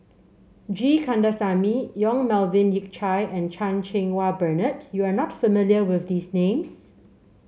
G Kandasamy Yong Melvin Yik Chye and Chan Cheng Wah Bernard you are not familiar with these names